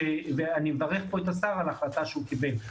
אני מברך פה את השר על ההחלטה שהוא קיבל.